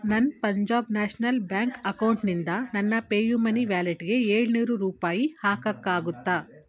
ನನ್ನ Punjab national bank ಅಕೌಂಟ್ನಿಂದ ನನ್ನ ಪೇಯುಮನಿ ವ್ಯಾಲೆಟ್ಗೆ ಏಳುನೂರು ರೂಪಾಯಿ ಹಾಕೋಕ್ಕಾಗುತ್ತಾ